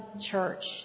church